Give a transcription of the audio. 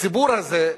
הציבור הזה,